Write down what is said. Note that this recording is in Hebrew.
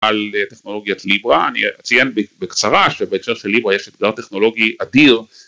על טכנולוגיית ליברה אני אציין בקצרה שבהקשר של ליברה יש אתגר טכנולוגי אדיר...